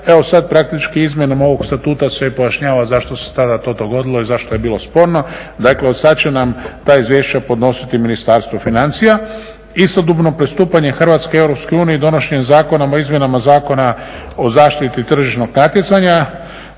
Evo sad praktički izmjenom ovog statuta se pojašnjava zašto se tada to dogodilo i zašto je bilo sporno. Dakle, od sad će nam ta izvješća podnositi Ministarstvo financija. Istodobno pristupanje Hrvatske EU i donošenje zakona o izmjenama Zakona o zaštiti tržišnog natjecanja,